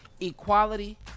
equality